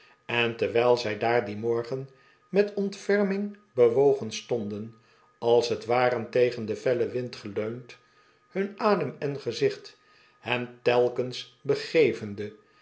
en terwijl zij daar dien morgen met ontferming bewogen stonden als t ware tegen den feilen wind geleund hun adem en gezicht hen telkens begevende